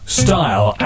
style